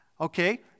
Okay